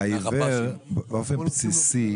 שהעיוור באופן בסיסי